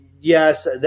Yes